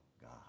God